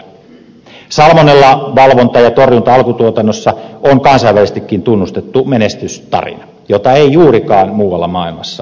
salmonellan valvonta ja torjunta alkutuotannossa on kansainvälisestikin tunnustettu menestystarina jota ei juurikaan muualla maailmassa ole